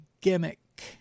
gimmick